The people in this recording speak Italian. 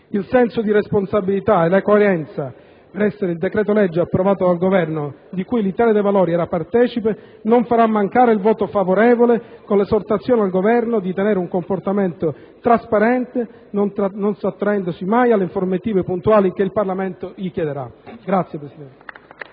Il senso di responsabilità e la coerenza impiegati nel decreto‑legge approvato dal Governo di cui l'Italia dei Valori era partecipe non faranno mancare un voto favorevole, con l'esortazione al Governo di tenere un comportamento trasparente, non sottraendosi mai alle informative puntuali che il Parlamento gli chiederà. *(Applausi